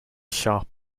sharp